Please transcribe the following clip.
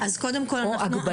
או הגבלה.